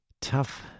tough